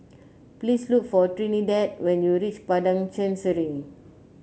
please look for Trinidad when you reach Padang Chancery